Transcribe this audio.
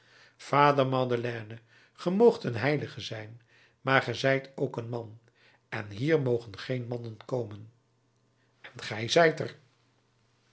vader madeleine ge moogt een heilige zijn maar ge zijt ook een man en hier mogen geen mannen komen en gij zijt er